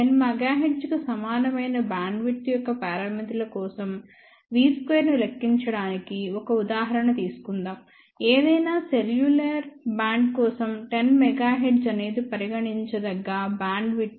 10 MHz కు సమానమైన bandwidth యొక్క పారామితుల కోసం v2 ను లెక్కించడానికి ఒక ఉదాహరణ తీసుకుందాం ఏదైనా సెల్యులార్ బ్యాండ్ కోసం 10 MHz అనేది పరిగణించదగ్గ బ్యాండ్విడ్త్